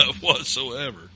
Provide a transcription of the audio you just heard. whatsoever